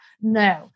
No